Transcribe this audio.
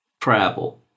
travel